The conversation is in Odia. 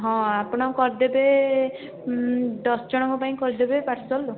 ହଁ ଆପଣ କରିଦେବେ ଦଶଜଣଙ୍କ ପାଇଁ କରିଦେବେ ପାର୍ସଲ୍ ଆଉ